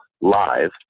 live